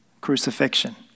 Crucifixion